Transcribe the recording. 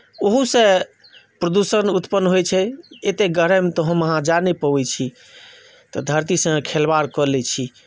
ओहूसँ प्रदूषण उत्पन्न होइत छै एतेक गहराइमे तऽ हम अहाँ जा नहि पबैत छी तऽ धरती सङ्गे खेलवाड़ कऽ लैत छी